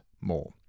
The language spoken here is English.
more